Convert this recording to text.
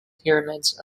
pyramids